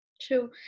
True